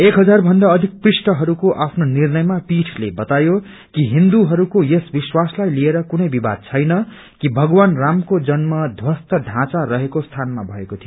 एक हजार भन्दा अधिक पृष्ठहरूको आफ्नो निर्णमा पिठले वतायो कि हिन्दूहरूको यस विश्वासलाई लिएर कुनै विवाद छैन कि भगवान रामको जन्म ध्वस्त ढाँचा रहेको स्थानमा भएको थियो